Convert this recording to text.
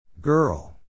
Girl